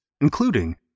including